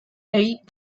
eight